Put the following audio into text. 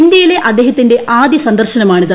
ഇന്ത്യയിലെ അദ്ദേഹത്തിന്റെ ആദ്യ സന്ദർശനമാണിത്